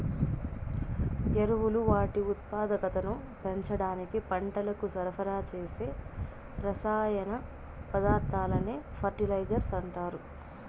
ఎరువులు వాటి ఉత్పాదకతను పెంచడానికి పంటలకు సరఫరా చేసే రసాయన పదార్థాలనే ఫెర్టిలైజర్స్ అంటారు